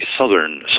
southern